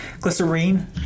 glycerine